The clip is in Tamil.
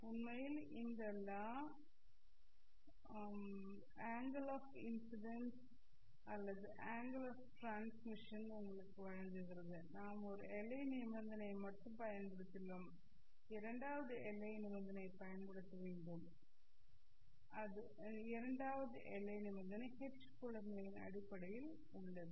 உண்மையில் இந்த law Snell's Law angle of incidence அல்லது அங்கெல் ஆஃ டிரான்ஸ்மிஷன் உங்களுக்கு வழங்குகிறது நாம் ஒரு எல்லை நிபந்தனையை மட்டுமே பயன்படுத்தியுள்ளோம் இரண்டாவது எல்லை நிபந்தனையைப் பயன்படுத்த வேண்டும் இரண்டாவது எல்லை நிபந்தனை H புலங்களின் அடிப்படையில் உள்ளது